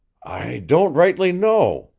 i don't rightly know,